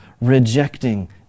rejecting